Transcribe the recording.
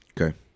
Okay